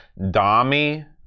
Dami